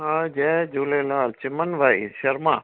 हा जय झूलेलाल चिमन भाई शर्मा